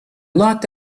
locked